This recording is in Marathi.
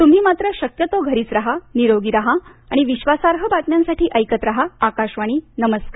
तुम्ही मात्र शक्यतो घरीच राहा निरोगी राहा आणिविश्वासार्ह बातम्यांसाठी ऐकत राहा आकाशवाणी नमस्कार